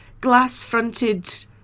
glass-fronted